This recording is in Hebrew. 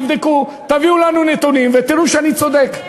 תבדקו, תביאו לנו נתונים ותראו שאני צודק.